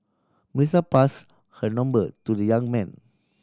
Melissa pass her number to the young man